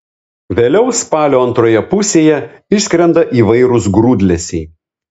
vėliau spalio antroje pusėje išskrenda įvairūs grūdlesiai